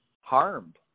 harmed